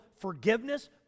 forgiveness